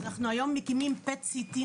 אנחנו היום מקימים PET CT,